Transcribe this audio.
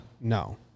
No